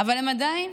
אבל עדיין